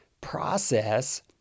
process